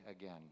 again